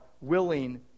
willing